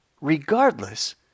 regardless